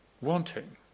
wanting